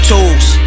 Tools